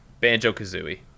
Banjo-Kazooie